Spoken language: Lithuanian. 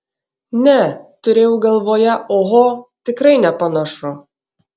ne turėjau galvoje oho tikrai nepanašu